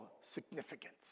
significance